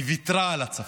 היא ויתרה על הצפון.